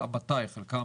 חלקם